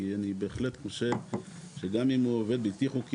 כי אני בהחלט חושב שגם אם הוא עובד בלתי חוקי